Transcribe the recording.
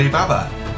Baba